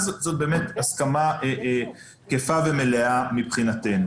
אז זאת הסכמה תקפה ומלאה מבחינתנו.